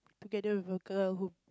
together with the girl who